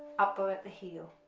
up bow at the heel.